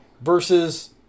versus